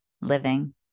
living